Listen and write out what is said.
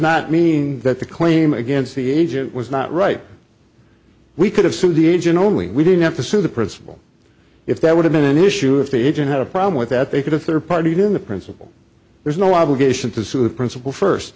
not mean that the claim against the agent was not right we could have sued the agent only we didn't have to sue the principal if that would have been an issue if the agent had a problem with that they could have third party doing the principle there's no obligation to sue the principal first